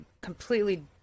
completely